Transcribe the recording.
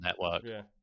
network